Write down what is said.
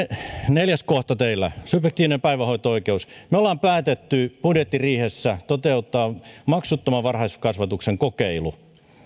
neljäs kohta teillä subjektiivinen päivähoito oikeus me olemme päättäneet budjettiriihessä toteuttaa maksuttoman varhaiskasvatuksen kokeilun